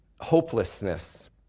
hopelessness